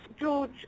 George